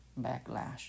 backlash